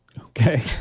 okay